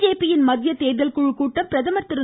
BJP யின் மத்திய தேர்தல் குழு கூட்டம் பிரதமர் திரு